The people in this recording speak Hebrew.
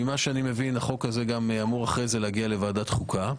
ממה שאני מבין החוק הזה אמור אחרי זה להגיע לוועדת חוקה.